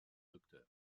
docteur